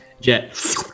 Jet